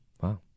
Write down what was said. wow